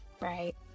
Right